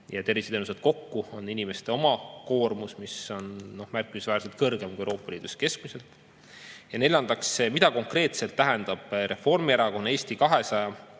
ja terviseteenused kokku, on inimeste oma koormus, mis on märkimisväärselt kõrgem kui Euroopa Liidus keskmiselt. Ja neljandaks, mida konkreetselt tähendab Reformierakonna, Eesti 200